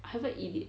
I haven't eat it